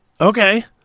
Okay